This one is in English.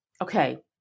okay